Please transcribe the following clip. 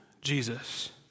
Jesus